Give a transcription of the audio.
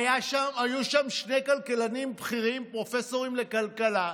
היו שם שני כלכלנים בכירים, פרופסורים לכלכלה,